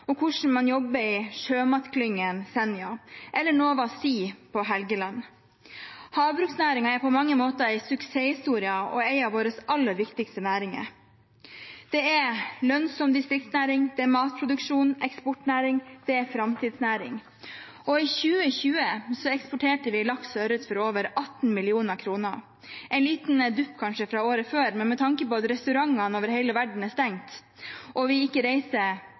og hvordan man jobber i Sjømatklyngen Senja – og på Helgeland, med Nova Sea. Havbruksnæringen er på mange måter en suksesshistorie og en av våre aller viktigste næringer. Det er en lønnsom distriktsnæring, det er matproduksjon, det er en eksportnæring, det er en framtidsnæring. I 2020 eksporterte vi laks og ørret for over 18 mill. kr – kanskje en liten dupp fra året før, men med tanke på at restaurantene over hele verden er